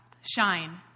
shine